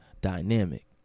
dynamic